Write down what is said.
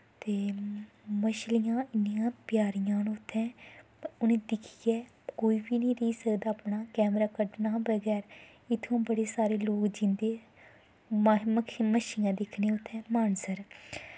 ते मछलियां इन्नियां प्यारियां न उत्थें उ'नें दिक्खियै कोई बी निं रेही सकदा अपना कैमरा कड्ढने शा बगैर इत्थुआं बड़े सारे लोग जंदे माहि मक्खियां मच्छियां दिक्खने गी उत्थें मानसर